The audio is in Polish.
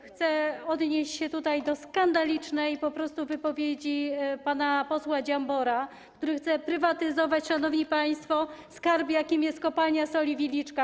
Chcę odnieść się tutaj do skandalicznej po prostu wypowiedzi pana posła Dziambora, który chce prywatyzować, szanowni państwo, skarb, jakim jest Kopalnia Soli Wieliczka.